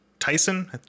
Tyson